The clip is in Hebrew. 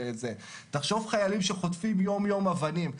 תחשוב שחיילים שחוטפים יום-יום אבנים,